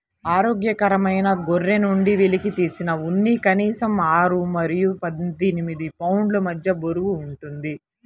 ఆరోగ్యకరమైన గొర్రె నుండి వెలికితీసిన ఉన్ని కనీసం ఆరు మరియు పద్దెనిమిది పౌండ్ల మధ్య బరువు ఉంటుంది